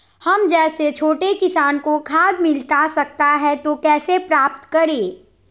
हम जैसे छोटे किसान को खाद मिलता सकता है तो कैसे प्राप्त करें?